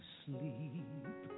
sleep